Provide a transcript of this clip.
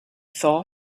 thought